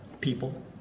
people